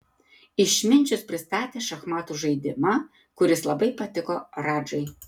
išminčius pristatė šachmatų žaidimą kuris labai patiko radžai